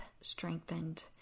strengthened